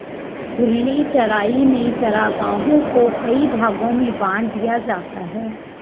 घूर्णी चराई में चरागाहों को कई भागो में बाँट दिया जाता है